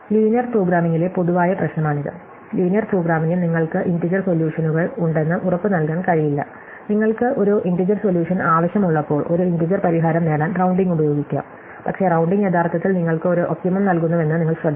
linear പ്രോഗ്രാമിംഗിലെ പൊതുവായ പ്രശ്നമാണിത് ലീനിയർ പ്രോഗ്രാമിംഗിന് നിങ്ങൾക്ക് ഇൻറിജർ സൊല്യൂഷനുകൾ ഉണ്ടെന്ന് ഉറപ്പുനൽകാൻ കഴിയില്ല നിങ്ങൾക്ക് ഒരു ഇൻറിജർ സൊല്യൂഷൻ ആവശ്യമുള്ളപ്പോൾ ഒരു ഇൻറിജർ പരിഹാരം നേടാൻ റൌണ്ടിംഗ് ഉപയോഗിക്കാം പക്ഷേ റൌണ്ടിംഗ് യഥാർത്ഥത്തിൽ നിങ്ങൾക്ക് ഒരു ഒപ്റ്റിമo നൽകുന്നുവെന്ന് നിങ്ങൾ ശ്രദ്ധിക്കണം